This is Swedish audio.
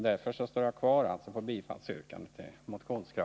Därför vidhåller jag mitt yrkande om bifall till motionen.